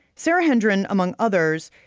sarah hendron among others,